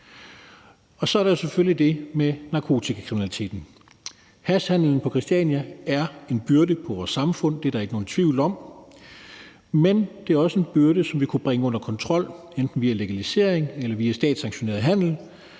af. Så er der selvfølgelig det med narkotikakriminaliteten. Hashhandelen på Christiania er en byrde for vores samfund – det er der ikke nogen tvivl om – men det er også en byrde, som vi kunne bringe under kontrol, enten via legalisering eller via statssanktioneret handel.